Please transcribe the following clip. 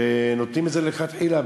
נותנים את זה מלכתחילה,